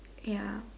ya